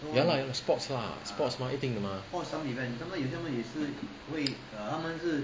ya lah ya lah sports lah sports mah 一定的 mah